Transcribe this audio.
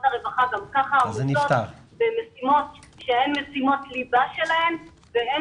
שהן גם כך עמוסות במשימות שהן משימות ליבה שלהן ואין